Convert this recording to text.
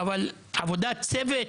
אבל עבודת צוות